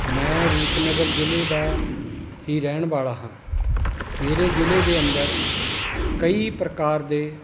ਮੈਂ ਰੂਪਨਗਰ ਜ਼ਿਲ੍ਹੇ ਦਾ ਹੀ ਰਹਿਣ ਵਾਲਾ ਹਾਂ ਮੇਰੇ ਜ਼ਿਲ੍ਹੇ ਦੇ ਅੰਦਰ ਕਈ ਪ੍ਰਕਾਰ ਦੇ